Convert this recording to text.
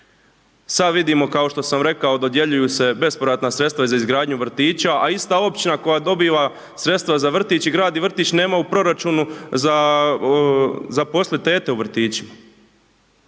sad vidimo kao što sam rekao, dodjeljuju se bespovratna sredstva za izgradnju vrtića, a ista općina koja dobiva sredstva za vrtić i gradi vrtić i gradi vrtić nema u proračunu za zaposlit tete u vrtićima.